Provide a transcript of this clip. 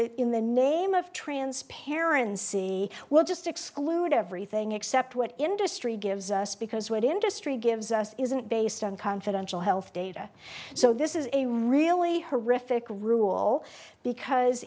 that in the name of transparency we'll just exclude everything except what industry gives us because what industry gives us isn't based on confidential health data so this is a really horrific rule because